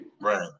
Right